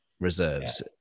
reserves